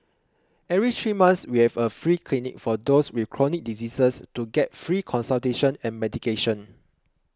every three months we have a free clinic for those with chronic diseases to get free consultation and medication